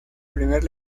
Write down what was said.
primer